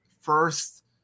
first